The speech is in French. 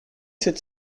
sept